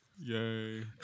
yay